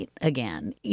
again